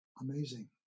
amazing